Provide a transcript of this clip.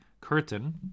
curtain